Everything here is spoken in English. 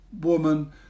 woman